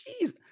Jeez